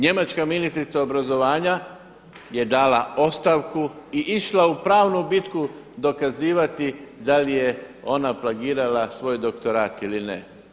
Njemačka ministrica obrazovanja je dala ostavku i išla u pravnu bitku dokazivati da li je ona plagirala svoj doktorat ili ne.